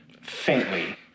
Faintly